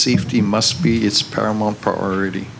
safety must be its paramount priority